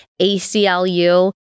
ACLU